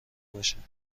باشند